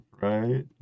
Right